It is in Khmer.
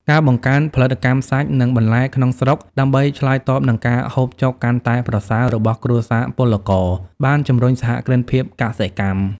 ការបង្កើនផលិតកម្មសាច់ និងបន្លែក្នុងស្រុកដើម្បីឆ្លើយតបនឹងការហូបចុកកាន់តែប្រសើររបស់គ្រួសារពលករ បានជម្រុញសហគ្រិនភាពកសិកម្ម។